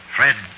Fred